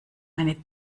eine